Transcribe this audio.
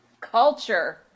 culture